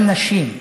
גם נשים.